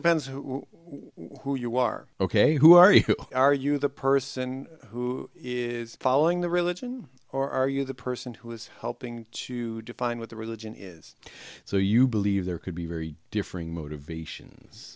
depends where you are ok who are you are you the person who is following the religion or are you the person who is helping to define what the religion is so you believe there could be very differing motivations